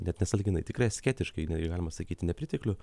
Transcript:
net nesąlyginai tikrai asketiškai negalima sakyti nepriteklių